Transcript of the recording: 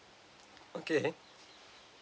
okay